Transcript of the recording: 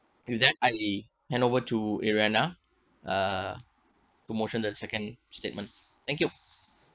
with that I hand over to ariana uh to move to the second statement thank you